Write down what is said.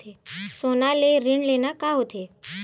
सोना ले ऋण लेना का होथे?